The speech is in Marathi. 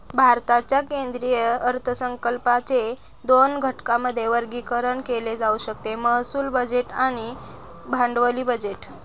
भारताच्या केंद्रीय अर्थसंकल्पाचे दोन घटकांमध्ये वर्गीकरण केले जाऊ शकते महसूल बजेट आणि भांडवली बजेट